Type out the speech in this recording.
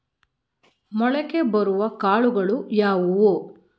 ಮೊಳಕೆ ಬರುವ ಕಾಳುಗಳು ಯಾವುವು?